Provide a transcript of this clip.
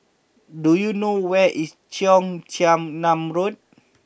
do you know where is Cheong Chin Nam Road